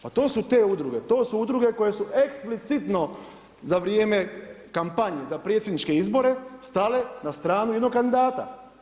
Pa to su te udruge, to su udruge koje su eksplicitno za vrijeme kampanje, za predsjedničke izbore stale na stranu jednog kandidata.